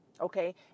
Okay